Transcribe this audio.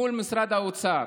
מול משרד האוצר.